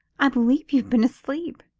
i believe you've been asleep!